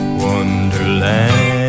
wonderland